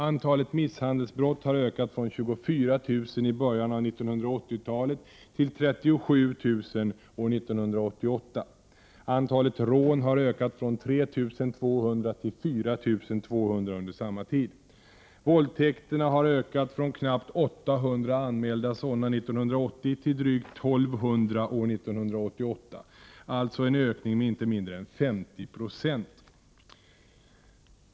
Antalet misshandelsbrott har ökat från 24 000 i början av 1980-talet till 37 000 år 1988. Antalet rån har ökat från 3 200 till 4 200 under samma tid. Våldtäkterna har ökat från knappt 800 anmälda sådana 1980 till drygt 1 200 år 1988, alltså en ökning med inte inte mindre än 50 96.